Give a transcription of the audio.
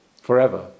forever